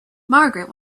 margaret